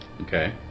Okay